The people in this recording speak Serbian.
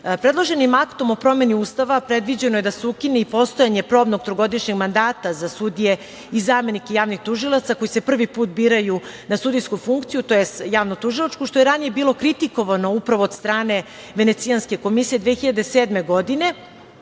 uticaja. Predloženim aktom o promeni Ustava predviđeno je da se ukine i postojanje probnog trogodišnjeg mandata za sudije i zamenike javnih tužilaca koji se prvi put biraju na sudijsku funkciju, tj. javnotužilačku, što je ranije bilo kritikovano upravo od strane Venecijanske komisije,